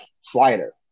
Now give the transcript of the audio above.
slider